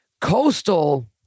Coastal